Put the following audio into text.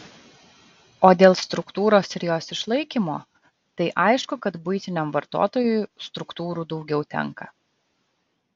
o dėl struktūros ir jos išlaikymo tai aišku kad buitiniam vartotojui struktūrų daugiau tenka